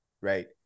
right